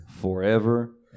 forever